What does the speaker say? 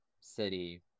city